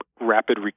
rapid